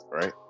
right